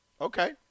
Okay